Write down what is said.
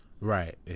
Right